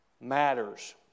matters